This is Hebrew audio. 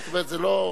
אגב,